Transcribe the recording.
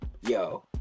yo